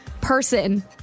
person